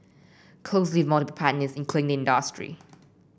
closely multiple partners including industry